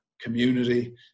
community